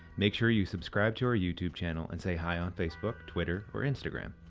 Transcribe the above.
make sure you subscribe to our youtube channel and say hi on facebook, twitter or instagram.